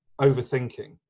Overthinking